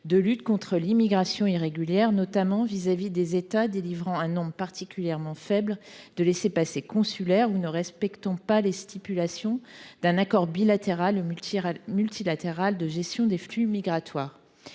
de lutte contre l’immigration irrégulière, notamment vis à vis des États délivrant un nombre particulièrement faible de laissez passer consulaires ou ne respectant pas les stipulations d’un accord bilatéral ou multilatéral de gestion des flux migratoires.